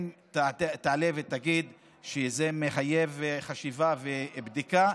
אם תעלה ותגיד שזה מחייב חשיבה ובדיקה,